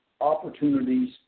opportunities